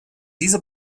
diese